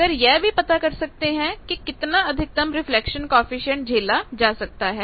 आप यह भी पता कर सकते हैं कि कितना अधिकतम रिफ्लेक्शन कॉएफिशिएंट झेला जा सकता है